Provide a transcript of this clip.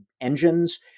engines